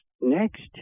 next